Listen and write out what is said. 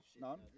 None